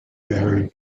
varied